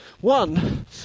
One